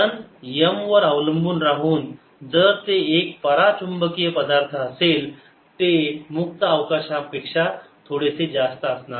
काय m वर अवलंबून राहून जर ते एक परा चुंबकीय पदार्थ असेल ते मुक्त अवकाशापेक्षा थोडेसे जास्त असणार आहे